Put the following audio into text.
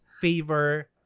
favor